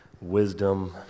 wisdom